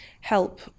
help